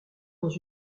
dans